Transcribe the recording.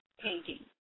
painting